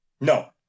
No